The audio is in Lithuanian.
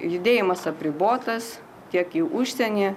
judėjimas apribotas tiek į užsienį